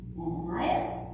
Ananias